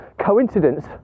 coincidence